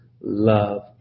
love